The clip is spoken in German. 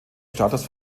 status